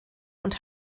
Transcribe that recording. und